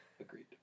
Agreed